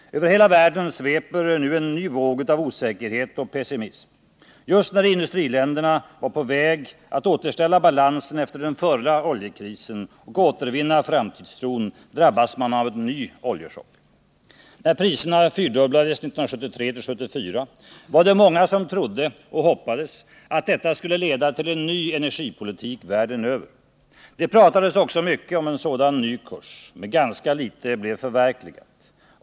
Över hela världen sveper nu en ny våg av osäkerhet och pessimism. Just när industriländerna var på väg att återställa balansen efter den förra oljekrisen och återvinna framtidstron drabbas man av en ny oljechock. När oljepriserna fyrdubblades 1973-1974 var det många som trodde och hoppades att detta skulle leda till en ny energipolitik världen över. Det pratades också mycket om en sådan ny kurs — men ganska litet blev förverkligat.